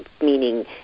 meaning